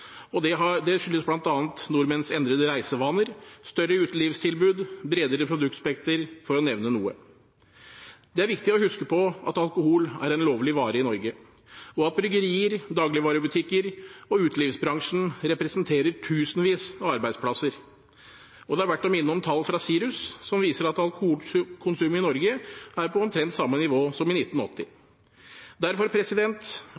framfor kvantitet, og det skyldes bl.a. nordmenns endrede reisevaner, større utelivstilbud og bredere produktspekter, for å nevne noe. Det er viktig å huske på at alkohol er en lovlig vare i Norge, og at bryggerier, dagligvarebutikker og utelivsbransjen representerer tusenvis av arbeidsplasser. Det er verdt å minne om tall fra SIRUS som viser at alkoholkonsumet i Norge er på omtrent samme nivå som i